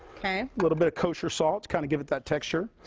a little bit of kosher salt. kind of give it that texture.